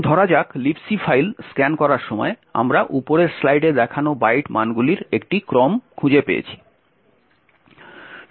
এখন ধরা যাক Libc ফাইল স্ক্যান করার সময় আমরা উপরের স্লাইডে দেখানো বাইট মানগুলির একটি ক্রম খুঁজে পেয়েছি